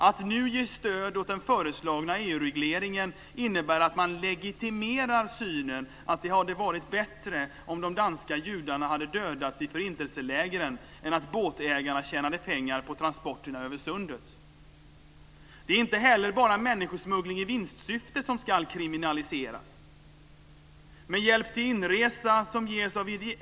Att nu ge stöd åt den föreslagna EU-regleringen innebär att man legitimerar synen att det hade varit bättre om de danska judarna hade dödats i förintelselägren än att båtägarna tjänade pengar på transporterna över sundet. Det är inte heller bara människosmuggling i vinstsyfte som ska kriminaliseras.